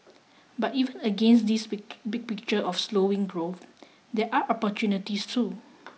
but even against this big big picture of slowing growth there are opportunities too